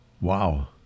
Wow